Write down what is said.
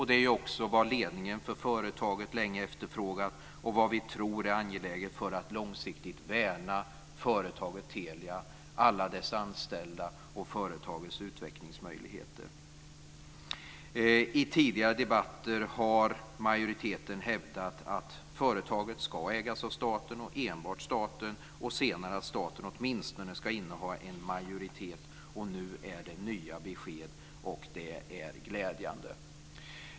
Det är också vad ledningen för företaget länge efterfrågat och vad vi tror är angeläget för att långsiktigt värna företaget Telia, alla dess anställda och företagets utvecklingsmöjligheter. I tidigare debatter har majoriteten hävdat att företaget ska ägas av staten och enbart staten. Senare har det hetat att staten åtminstone ska inneha en majoritet. Nu är det nya besked, och det är glädjande.